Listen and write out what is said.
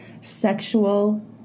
sexual